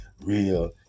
real